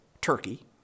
Turkey